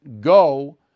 go